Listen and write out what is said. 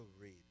read